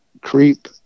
creep